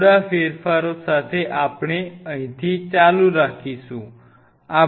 થોડા ફેરફાર સાથે આપણે અહીંથી ચાલુ રાખીશું